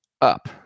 up